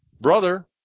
brother